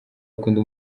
bakunda